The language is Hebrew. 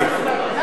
יש גבול.